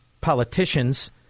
politicians